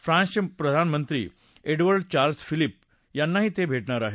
फ्रान्सचे प्रधान मंत्री एडवर्ड चार्ल्स फिलिप्पे यांनाही ते भेटणार आहेत